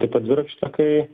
taip pat dviračių takai